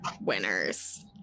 winners